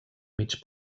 mig